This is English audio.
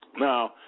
Now